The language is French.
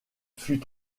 fut